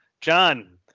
John